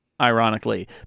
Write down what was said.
ironically